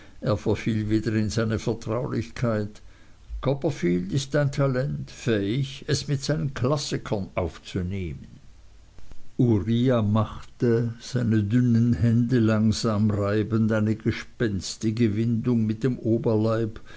er verfiel wieder in seine vertraulichkeit copperfield ist ein talent fähig es mit den klassikern aufzunehmen uriah machte seine dünnen hände langsam reibend eine gespenstische windung mit dem